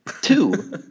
Two